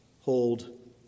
hold